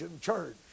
church